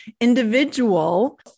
individual